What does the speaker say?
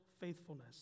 faithfulness